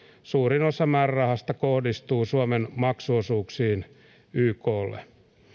suurin osa määrärahasta kohdistuu suomen maksuosuuksiin yklle